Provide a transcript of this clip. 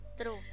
true